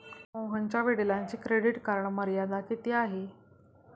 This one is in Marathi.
मोहनच्या वडिलांची क्रेडिट कार्ड मर्यादा किती आहे?